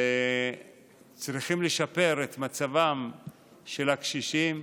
צריכים לשפר את מצבם של הקשישים,